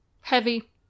Heavy